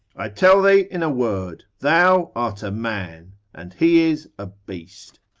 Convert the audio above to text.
i tell thee in a word, thou art a man, and he is a beast.